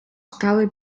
стали